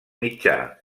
mitjà